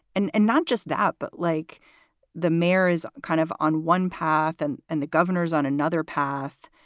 and and not just that, but like the mayor is kind of on one path. and and the governor is on another path.